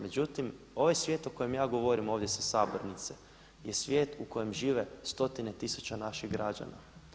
Međutim ovaj svijet o kojem ja govorim ovdje sa sabornice je svijet u kojem žive stotine tisuća naših građana.